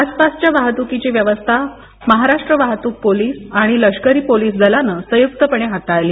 आसपासच्या वाहतूकीची व्यवस्था महाराष्ट्र वाहतूक पोलिस आणि लष्करी पोलिस दलानं संयुक्तपणे हाताळली